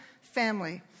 family